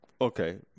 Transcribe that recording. okay